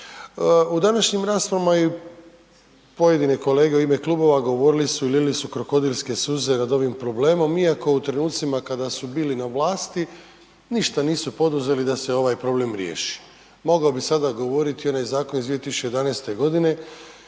U današnjim raspravama i pojedine kolege u ime klubova govorili su i lili su krokodilske suze nad ovim problemom iako u trenucima kada su bili na vlasti ništa nisu poduzeli da se ovaj problem riješi. Mogao bi sada govoriti i onaj zakon iz 2011. godine